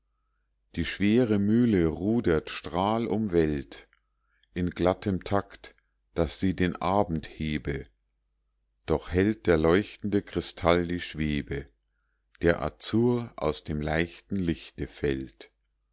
die schwere mühle rudert strahlumwellt in glattem takt daß sie den abend hebe noch hält der leuchtende kristall die schwebe der azur aus dem leichten lichte fällt